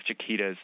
Chiquita's